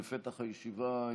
בפתח הישיבה,